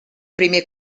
primer